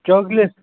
chocolate